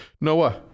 Noah